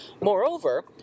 Moreover